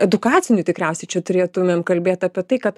edukacinių tikriausiai čia turėtumėm kalbėt apie tai kad